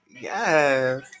yes